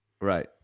Right